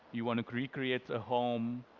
you want to recreate a home,